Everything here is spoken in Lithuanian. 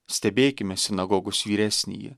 stebėkime sinagogos vyresnįjį